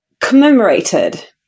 commemorated